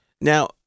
Now